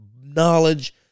knowledge